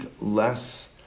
less